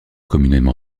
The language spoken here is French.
communément